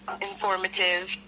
informative